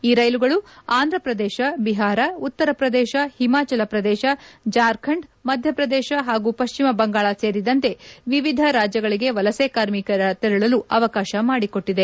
ಈ ರೈಲುಗಳು ಆಂಧ್ರಪ್ರದೇಶ ಬಿಹಾರ ಉತ್ತರ ಪ್ರದೇಶ ಹಿಮಾಚಾಲ ಪ್ರದೇಶ ಜಾರ್ಖಂಡ್ ಮಧ್ಯಪ್ರದೇಶ ಹಾಗೂ ಪಶ್ಲಿಮ ಬಂಗಾಳ ಸೇರಿದಂತೆ ವಿವಿಧ ರಾಜ್ಯಗಳಿಗೆ ವಲಸೆ ಕಾರ್ಮಿಕರ ತೆರಳಲು ಅವಕಾಶ ಮಾಡಿಕೊಟ್ಟಿದೆ